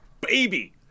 baby